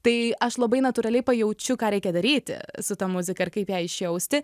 tai aš labai natūraliai pajaučiu ką reikia daryti su ta muzika ir kaip ją išjausti